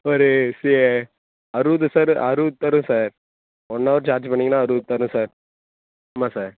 ஒரு சி அறுபது சார் அறுபது தரும் சார் ஒன் ஹவர் சார்ஜ் பண்ணீங்கன்னா அறுபது தரும் சார் ஆமாம் சார்